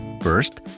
First